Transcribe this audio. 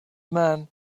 man